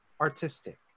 artistic